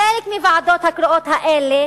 חלק מהוועדות הקרואות האלה